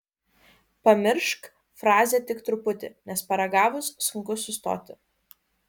pamiršk frazę tik truputį nes paragavus sunku sustoti